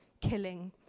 killing